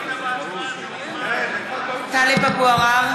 (קוראת בשמות חברי הכנסת) טלב אבו עראר,